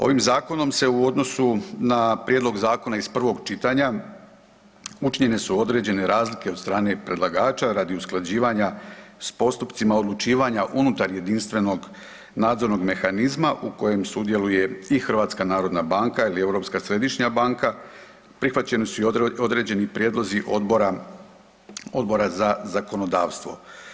Ovim zakonom se u odnosu na prijedlog zakona iz prvog čitanja, učinjene su određene razlike od strane predlagača radi usklađivanja s postupcima odlučivanja unutar jedinstvenog nadzornog mehanizma u kojem sudjeluje i HNB ili Europska središnja banka, prihvaćeni su i određeni prijedlozi Odbora za zakonodavstvo.